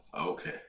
Okay